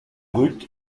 brute